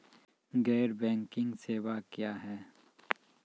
गैर बैंकिंग सेवा क्या हैं?